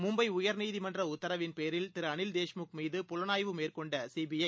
மும்பை உயர்நீதிமன்றஉத்தரவின்பேரில் திருஅளில்தேஷ்முக் மீது புலனாய்வு மேற்கொண்டசிபிஐ